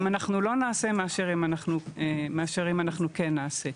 אם אנחנו לא נעשה מאשר אם אנחנו כן נעשה.